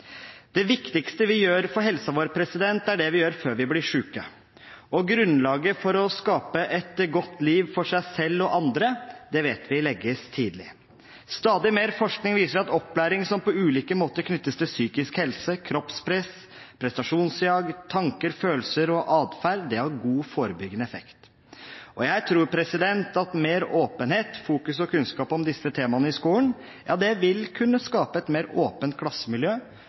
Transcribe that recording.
Det viktigste vi gjør for helsa vår, er det vi gjør før vi blir syke. Grunnlaget for å skape et godt liv for seg selv og andre vet vi legges tidlig. Stadig mer forskning viser at opplæring som på ulike måter knyttes til psykisk helse, kroppspress, prestasjonsjag, tanker, følelser og atferd, har god forebyggende effekt. Og jeg tror at mer åpenhet, fokus og kunnskap om disse temaene i skolen vil kunne skape et mer åpent klassemiljø,